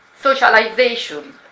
Socialization